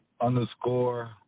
underscore